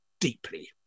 deeply